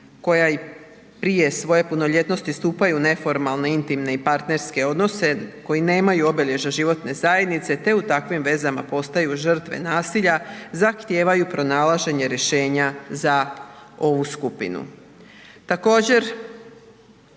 koja i prije svoje punoljetnosti stupaju u neformalne intimne i partnerske odnose koji nema obilježja životne zajednice te u takvim vezama postaju žrtve nasilja zahtijevaju pronalaženje rješenja za ovu skupinu.